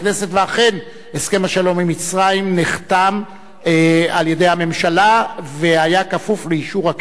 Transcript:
ואכן הסכם השלום עם מצרים נחתם על-ידי הממשלה והיה כפוף לאישור הכנסת,